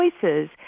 choices